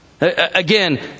Again